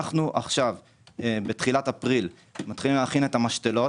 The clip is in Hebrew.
אנחנו עכשיו בתחילת אפריל מתחילים להכין משתלות,